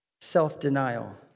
self-denial